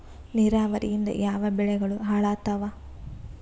ನಿರಾವರಿಯಿಂದ ಯಾವ ಬೆಳೆಗಳು ಹಾಳಾತ್ತಾವ?